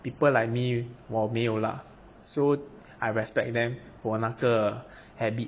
people like me 我没有啦 so I respect them for 那个 habit